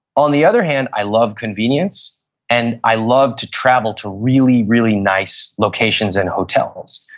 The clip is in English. on the other hand, i love convenience and i love to travel to really, really nice locations and hotels.